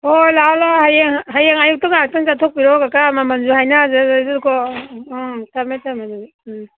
ꯍꯣꯏ ꯂꯥꯛꯑꯣ ꯂꯥꯛꯑꯣ ꯍꯌꯦꯡ ꯑꯌꯨꯛꯇ ꯉꯥꯏꯍꯥꯛꯇꯪ ꯆꯠꯊꯣꯛꯄꯤꯔꯛꯑꯣ ꯀꯀꯥ ꯃꯃꯟꯁꯨ ꯍꯥꯏꯅꯔꯁꯦ ꯑꯗꯨꯗꯒꯤꯗꯨꯗꯀꯣ ꯎꯝ ꯊꯝꯃꯦ ꯊꯝꯃꯦ ꯑꯗꯨꯗꯤ ꯎꯝ